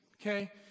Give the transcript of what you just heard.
Okay